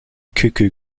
cuckoo